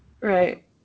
right